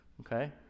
okay